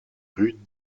rude